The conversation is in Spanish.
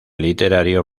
literario